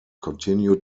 continue